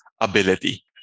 ability